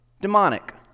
demonic